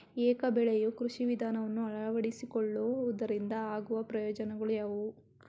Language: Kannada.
ಏಕ ಬೆಳೆಯ ಕೃಷಿ ವಿಧಾನವನ್ನು ಅಳವಡಿಸಿಕೊಳ್ಳುವುದರಿಂದ ಆಗುವ ಪ್ರಯೋಜನಗಳು ಯಾವುವು?